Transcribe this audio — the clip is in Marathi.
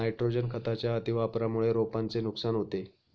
नायट्रोजन खताच्या अतिवापरामुळे रोपांचे नुकसान होते